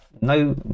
No